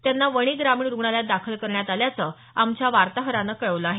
त्यांना वणी ग्रामीण रुग्णालयात दाखल करण्यात आल्याचं आमच्या वार्ताहरानं कळवलं आहे